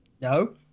No